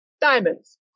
diamonds